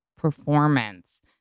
performance